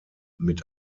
mit